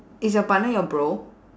is your partner your bro